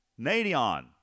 Nadion